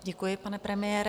Děkuji, pane premiére.